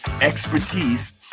expertise